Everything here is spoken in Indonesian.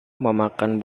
memakan